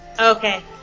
Okay